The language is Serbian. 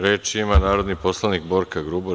Reč ima narodni poslanik Borka Grubor.